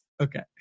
Okay